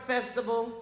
Festival